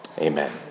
Amen